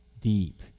deep